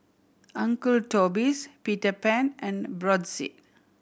Uncle Toby's Peter Pan and Brotzeit